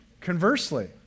conversely